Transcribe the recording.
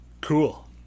Cool